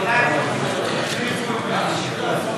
תודה, גברתי היושבת-ראש.